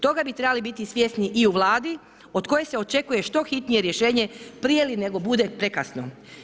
Toga bi trebali biti svjesni i u Vladi od koje se očekuje što hitnije rješenje prije li bude prekasno.